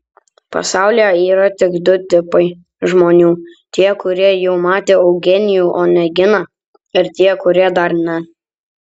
pasaulyje yra tik du tipai žmonių tie kurie jau matė eugenijų oneginą ir tie kurie dar ne